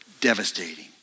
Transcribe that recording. devastating